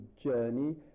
journey